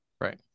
Right